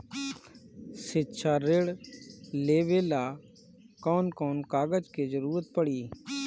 शिक्षा ऋण लेवेला कौन कौन कागज के जरुरत पड़ी?